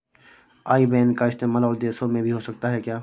आई बैन का इस्तेमाल और देशों में भी हो सकता है क्या?